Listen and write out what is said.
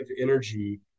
energy